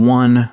one